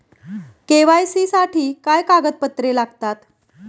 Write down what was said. KYC साठी काय कागदपत्रे लागतात?